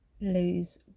lose